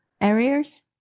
areas